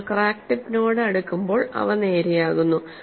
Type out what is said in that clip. നിങ്ങൾ ക്രാക്ക് ടിപ്പിനോട് അടുക്കുമ്പോൾ അവ നേരെയാകുന്നു